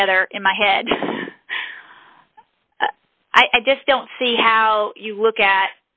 together in my head i just don't see how you look at